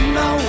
no